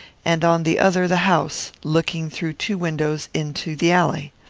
and on the other the house, looking through two windows into the alley.